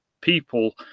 people